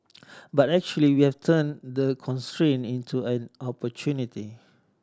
but actually we have turned the constraint into an opportunity